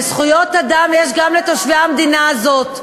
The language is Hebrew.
וזכויות אדם יש גם לתושבי המדינה הזאת,